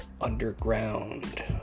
underground